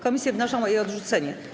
Komisje wnoszą o jej odrzucenie.